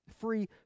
free